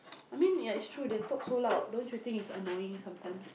I mean it's yeah true they talk so loud don't you think it's annoying sometimes